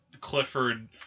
Clifford